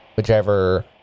Whichever